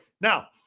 Now